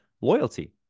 loyalty